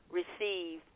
receive